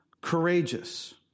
courageous